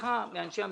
ממך, מאנשי המקצוע,